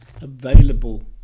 available